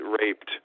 raped